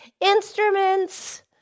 instruments